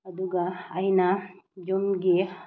ꯑꯗꯨꯒ ꯑꯩꯅ ꯌꯨꯝꯒꯤ